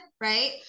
right